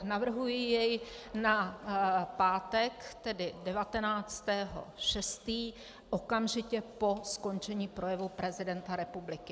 Navrhuji jej na pátek, tedy 19. 6., okamžitě po skončení projevu prezidenta republiky.